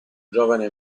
giovane